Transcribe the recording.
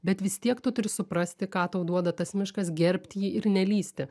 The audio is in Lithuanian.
bet vis tiek tu turi suprasti ką tau duoda tas miškas gerbt jį ir nelįsti